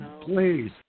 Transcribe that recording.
Please